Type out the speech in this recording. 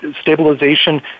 stabilization